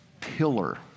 pillar